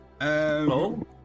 Hello